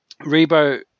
Rebo